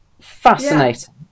fascinating